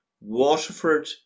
Waterford